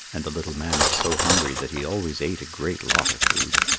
and the little man was so hungry that he always ate a great lot of food.